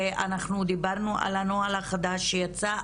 ואנחנו דיברנו על הנוהל החדש שיצא,